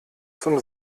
zum